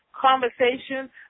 conversation